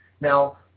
Now